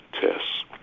Tests